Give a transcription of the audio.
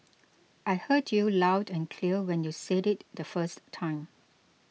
I heard you loud and clear when you said it the first time